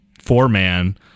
four-man